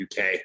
uk